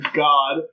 god